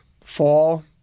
fall